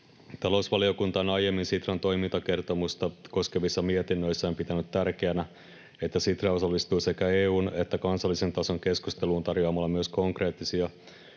Talousvaliokunta on aiemmin Sitran toimintakertomusta koskevissa mietinnöissään pitänyt tärkeänä, että Sitra osallistuu sekä EU:n että kansallisen tason keskusteluun tarjoa-malla myös konkreettisia,